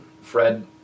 Fred